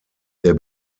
der